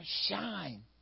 shine